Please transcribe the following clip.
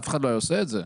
אף אחד לא היה עושה את זה,